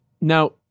Now